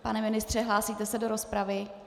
Pane ministře, hlásíte se do rozpravy?